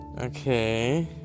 Okay